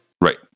Right